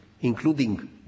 including